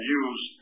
use